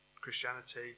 Christianity